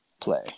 play